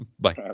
Bye